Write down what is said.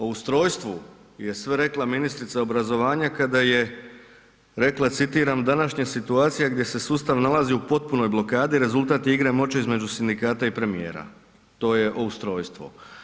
O ustrojstvu je sve rekla ministrica obrazovanja kada je rekla citiram „današnja situacija gdje se sustav nalazi u potpunoj blokadi, rezultat je igre moći između sindikata i premijera“, to je o ustrojstvu.